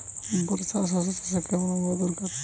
বর্ষার শশা চাষে কেমন আবহাওয়া দরকার?